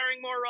more